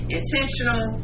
intentional